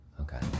Okay